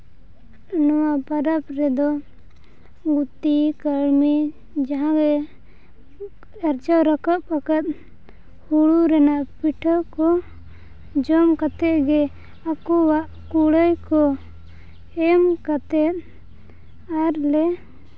ᱱᱚᱣᱟ ᱯᱚᱨᱚᱵᱽ ᱨᱮᱫᱚ ᱜᱩᱛᱤ ᱠᱟᱹᱲᱢᱤ ᱡᱟᱦᱟᱸᱜᱮ ᱟᱨᱡᱟᱣ ᱨᱟᱠᱟᱵ ᱟᱠᱟᱫ ᱦᱩᱲᱩ ᱨᱮᱱᱟᱜ ᱯᱤᱴᱷᱟᱹ ᱠᱚ ᱡᱚᱢ ᱠᱟᱛᱮᱫ ᱜᱮ ᱟᱠᱚᱣᱟᱜ ᱠᱩᱲᱟᱹᱭ ᱠᱚ ᱮᱢ ᱠᱟᱛᱮᱫ ᱟᱨᱞᱮ